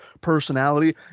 personality